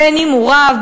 בין שהוא רב,